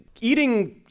eating